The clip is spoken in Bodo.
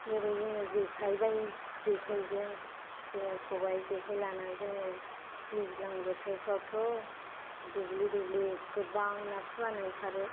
जेरै जोंङो जेखाय बायो जेखायजों जोंङो खबाइ जेखाइ लाना जोंङो दैज्लां बोथोरफ्राव थ' दुब्लि दुब्लि गोबां ना फुवान ओंखारो